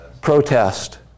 Protest